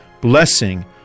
blessing